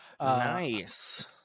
Nice